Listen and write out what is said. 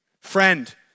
friend